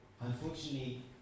unfortunately